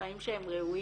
חיים שהם ראויים,